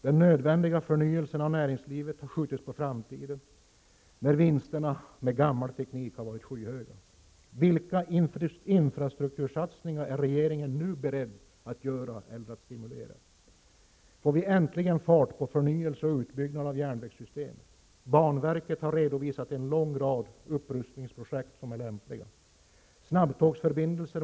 Den nödvändiga förnyelsen av näringslivet har skjutits på framtiden när vinsterna med gammal teknik har varit skyhöga. Vilka infrastruktursatsningar är regeringen nu beredd att göra eller stimulera? Får vi äntligen fart på förnyelse och utbyggnad av järnvägssystemet? Banverket har redovisat en lång rad upprustningsprojekt som är lämpliga.